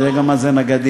אני יודע גם מה זה הנגדים.